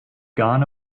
gone